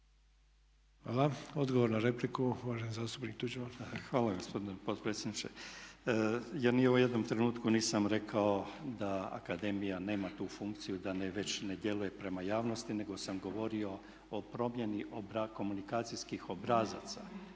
Hvala. Odgovor na repliku uvaženi zastupnik Tuđman. **Tuđman, Miroslav (HDZ)** Hvala gospodine potpredsjedniče. Ja ni u jednom trenutku nisam rekao da akademija nema tu funkciju da ne već ne djeluje prema javnosti, nego sam govorio o promjeni komunikacijskih obrazaca.